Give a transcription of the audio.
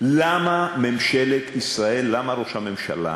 למה ממשלת ישראל, למה ראש הממשלה